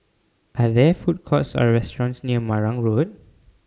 Are There Food Courts Or restaurants near Marang Road